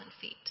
feet